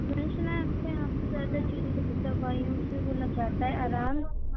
میں نے سُنا ہے كہ آپ كے یہاں زیادہ چیزوں کے دوائیوں سے وہ لگ جاتا ہے آرام